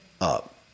up